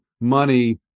money